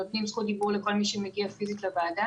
נותנים זכות דיבור לכל מי שמגיע פיזית לוועדה.